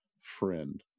friend